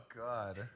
God